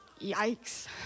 yikes